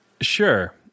sure